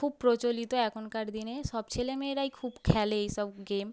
খুব প্রচলিত এখনকার দিনে সব ছেলে মেয়েরাই খুব খেলে এইসব গেম